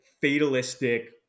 fatalistic